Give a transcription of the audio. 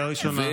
קריאה ראשונה.